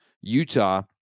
Utah